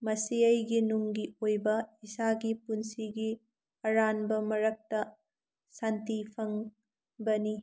ꯃꯁꯤ ꯑꯩꯒꯤ ꯅꯨꯡꯒꯤ ꯑꯣꯏꯕ ꯏꯁꯥꯒꯤ ꯄꯨꯟꯁꯤꯒꯤ ꯑꯔꯥꯟꯕ ꯃꯔꯛꯇ ꯁꯥꯟꯇꯤ ꯐꯪꯕꯅꯤ